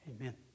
Amen